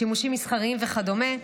שימושים מסחריים וכדומה,